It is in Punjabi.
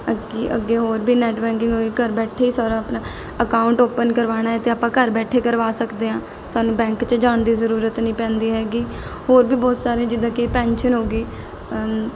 ਅੱਗੇ ਅੱਗੇ ਹੋਰ ਵੀ ਨੈਟ ਬੈਂਕਿੰਗ ਵੀ ਘਰ ਬੈਠੇ ਹੀ ਸਾਰਾ ਆਪਣਾ ਅਕਾਊਂਟ ਓਪਨ ਕਰਵਾਉਣਾ ਅਤੇ ਆਪਾਂ ਘਰ ਬੈਠੇ ਕਰਵਾ ਸਕਦੇ ਹਾਂ ਸਾਨੂੰ ਬੈਂਕ 'ਚ ਜਾਣ ਦੀ ਜ਼ਰੂਰਤ ਨਹੀਂ ਪੈਂਦੀ ਹੈਗੀ ਹੋਰ ਵੀ ਬਹੁਤ ਸਾਰੀਆਂ ਜਿੱਦਾਂ ਕਿ ਪੈਨਸ਼ਨ ਹੋ ਗਈ